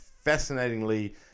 fascinatingly